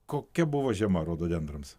kokia buvo žiema rododendrams